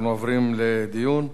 אנחנו עוברים לדיון.